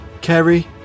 Carrie